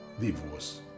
divorce